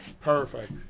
Perfect